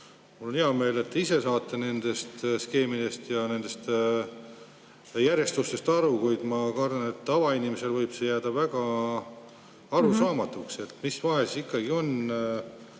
Mul on hea meel, et te ise saate nendest skeemidest ja sellest järjestusest aru, kuid ma kardan, et tavainimesele võib see jääda väga arusaamatuks. Mis vahe on ikkagi